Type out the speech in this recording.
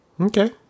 Okay